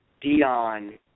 Dion